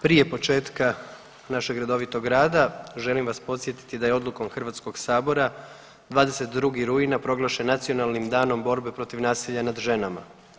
Prije početka našeg redovitog rada želim vas podsjetiti da je odlukom HS-a 22. rujna proglašen Nacionalnim danom borbe protiv nasilja nad ženama.